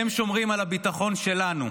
הם שומרים על הביטחון שלנו,